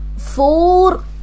Four